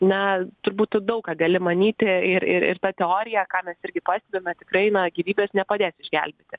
na turbūt tu daug ką gali manyti ir ir ir ta teorija ką mes irgi pastebime tikrai na gyvybės nepadės išgelbėti